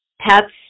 pets